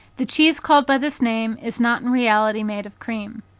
the cheese called by this name is not in reality made of cream.